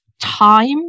time